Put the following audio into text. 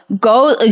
go